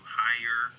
higher